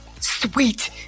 sweet